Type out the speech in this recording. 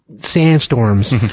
sandstorms